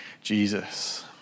Jesus